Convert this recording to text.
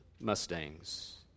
Mustangs